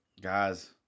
guys